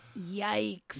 Yikes